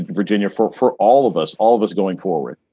virginia fought for all of us. all of us going forward.